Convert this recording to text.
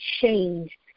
change